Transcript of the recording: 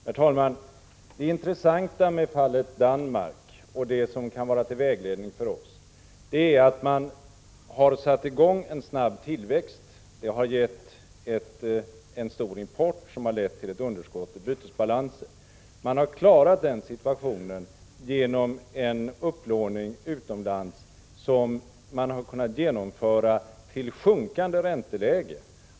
Herr talman! Det intressanta med fallet Danmark och det som kan vara till vägledning för oss är att man där har satt i gång en snabb tillväxt som har gett en stor import, som har lett till ett underskott i bytesbalansen. Man har klarat den situationen genom en upplåning utomlands, som har kunnat genomföras med ett sjunkande ränteläge.